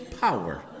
power